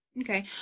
Okay